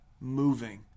moving